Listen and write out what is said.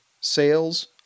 sales